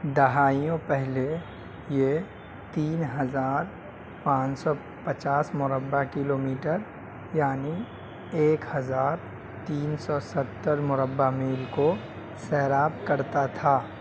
دہائیوں پہلے یہ تین ہزار پانچ سو پچاس مربع کلو میٹر یعنی ایک ہزار تین سو ستر مربع میل کو سیراب کرتا تھا